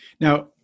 Now